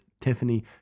tiffany